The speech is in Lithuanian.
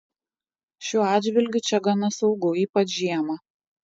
šiuo atžvilgiu čia gana saugu ypač žiemą